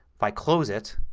if i close it,